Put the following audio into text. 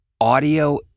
audio